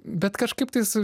bet kažkaip tais